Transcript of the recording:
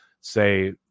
say